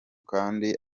kandi